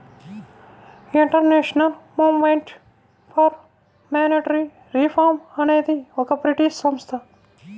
international movement for monetary reform అనేది ఒక British సంస్థ